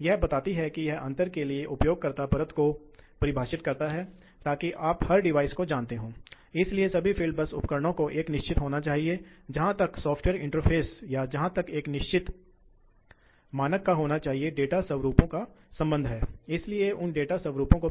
ठीक है इसलिए हम इस चर गति फैन नियंत्रण को देखते हैं तो अब क्या होता है कि यदि आप गति को कम करना चाहते हैं तो हम किसी भी प्रकार का कोई डम्पर या कोई वाल्व नहीं लगाने जा रहे हैं दूसरे शब्दों में सिस्टम की विशेषता अपरिवर्तित बनी हुई है अब हम पंखे की गति बदल रहे हैं इसलिए पंखे की